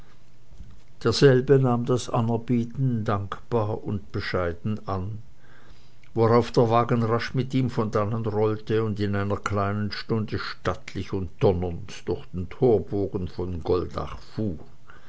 derselbe nahm das anerbieten dankbar und bescheiden an worauf der wagen rasch mit ihm von dannen rollte und in einer kleinen stunde stattlich und donnernd durch den torbogen von goldach